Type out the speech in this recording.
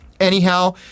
Anyhow